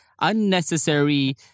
unnecessary